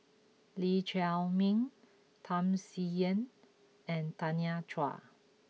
Lee Chiaw Meng Tham Sien Yen and Tanya Chua